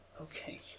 Okay